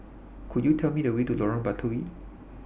Could YOU Tell Me The Way to Lorong Batawi